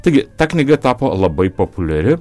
taigi ta knyga tapo labai populiari